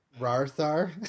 Rarthar